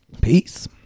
Peace